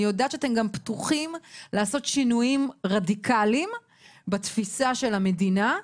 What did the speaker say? אני יודעת שאתם גם פתוחים לעשות שינויים רדיקליים בתפיסה של המדינה.